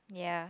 ya